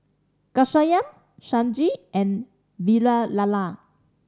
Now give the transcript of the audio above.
Ghanshyam Sanjeev and Vavilala